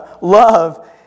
Love